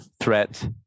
threat